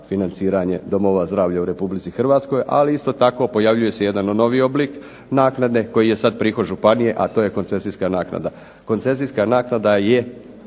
financiranje domova zdravlja u Republici Hrvatskoj, ali isto tako pojavljuje se i jedan novi oblik naknade koji je sad prihod županije, a to je koncesijska naknada.